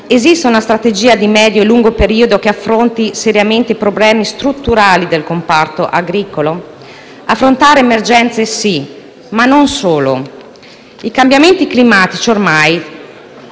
Esiste una strategia di medio e lungo periodo che affronti seriamente i problemi strutturali del comparto agricolo? Affrontare emergenze, sì, ma non solo. I cambiamenti climatici ormai